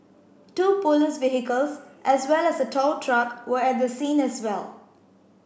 two police vehicles as well as a tow truck were at the scene as well